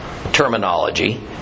Terminology